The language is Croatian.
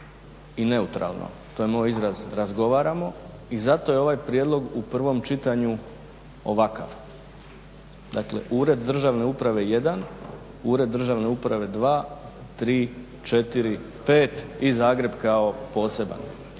i neutralno, to je moj izraz, razgovaramo i zato jer ovaj prijedlog u prvom čitanju ovakav. Dakle ured državne uprave 1, ured državne uprave 2, 3, 4, 5 i Zagreb kao poseban.